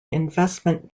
investment